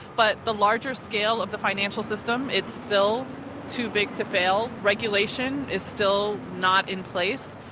but the larger scale of the financial system, it's still too big to fail regulation is still not in place.